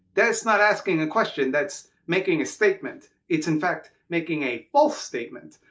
that's not asking a question, that's making a statement. it's in fact, making a false statement.